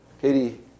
Katie